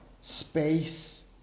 space